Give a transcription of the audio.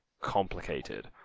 complicated